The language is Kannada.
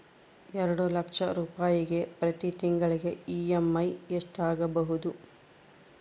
ಎರಡು ಲಕ್ಷ ರೂಪಾಯಿಗೆ ಪ್ರತಿ ತಿಂಗಳಿಗೆ ಇ.ಎಮ್.ಐ ಎಷ್ಟಾಗಬಹುದು?